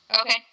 Okay